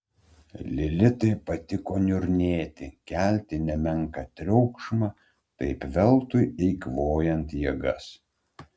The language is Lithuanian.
lilitai patiko niurnėti kelti nemenką triukšmą taip veltui eikvojant jėgas